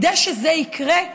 כדי שזה יקרה,